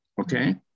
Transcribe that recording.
okay